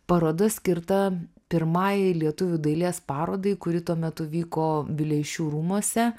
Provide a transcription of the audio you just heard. paroda skirta pirmajai lietuvių dailės parodai kuri tuo metu vyko vileišių rūmuose